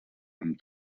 amb